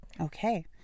Okay